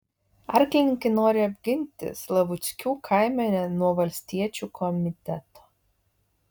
arklininkai nori apginti slavuckių kaimenę nuo valstiečių komiteto